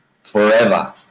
forever